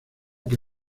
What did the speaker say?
que